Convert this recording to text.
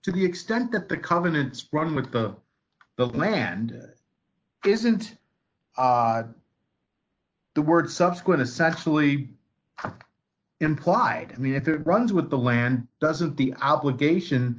to the extent that the continents run with the land isn't the word subsequent essentially implied i mean it runs with the land doesn't the obligation